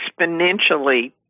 exponentially